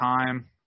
time